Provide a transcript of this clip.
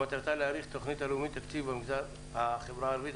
שמטרתה להאריך את התכנית הלאומית לתקצוב החברה הערבית.